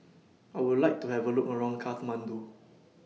I Would like to Have A Look around Kathmandu